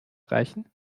reichen